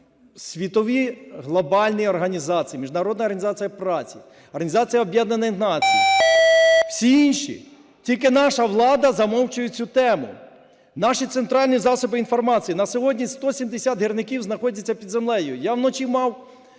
світові глобальні організації: Міжнародна організація праці, Організація Об'єднаних Націй, всі інші, тільки наша влада замовчує цю тему, наші центральні засоби інформації. На сьогодні 170 гірників знаходяться під землею. Я вночі мав